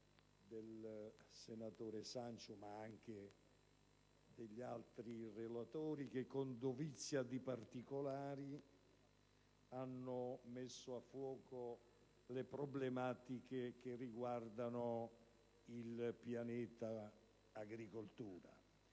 del resto quella degli altri senatori che, con dovizia di particolari, hanno messo a fuoco le problematiche che riguardano il pianeta agricoltura.